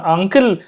Uncle